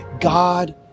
God